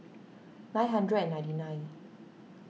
nine hundred ninety nine